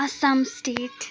Assam state